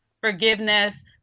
forgiveness